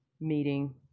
meeting